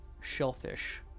shellfish